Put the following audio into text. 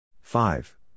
five